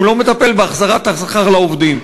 הוא לא מטפל בהחזרת השכר לעובדים.